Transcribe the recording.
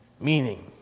meaning